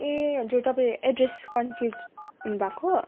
ए हजुर तपाईँ address confuse हुनुभएको